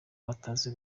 batazi